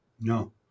No